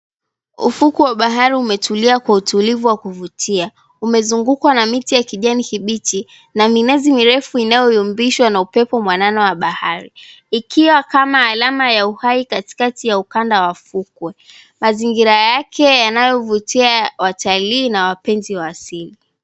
Ufukwe wa bahari umetulia kwa utulivu wa kuvutia umezungukwa na miti ya kijani kibichi na minazi mirefu inayoyumbishwa na upepo mwanana wa bahari, ikiwa kama alama ya uhai katikati ya ukanda wa fukwe. Mazingira yake yanayovutia watalii na wapenzi wa asili.